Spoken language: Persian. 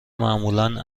معمولا